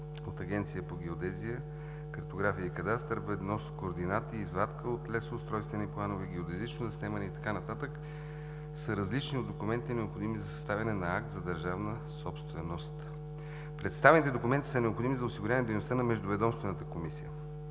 от Агенция по геодезия, картография и кадастър, ведно с координати и извадка от лесоустройствени планове, геодезично заснемане и така нататък – са различни от документите, необходими за съставяне на акт за държавна собственост. Представените документи са необходими за осигуряване дейността на междуведомствената комисия